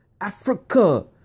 Africa